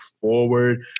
forward